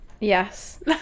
yes